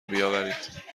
بیاورید